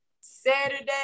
Saturday